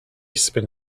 spin